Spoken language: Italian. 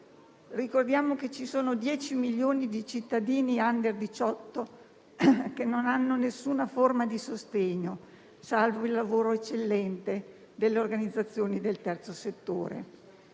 Ricordiamo che ci sono 10 milioni di cittadini *under* 18 che non hanno alcuna forma di sostegno, salvo il lavoro eccellente delle organizzazioni del terzo settore.